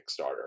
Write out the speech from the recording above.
Kickstarter